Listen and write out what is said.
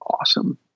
awesome